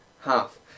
Half